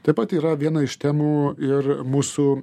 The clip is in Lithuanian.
taip pat yra viena iš temų ir mūsų